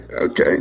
okay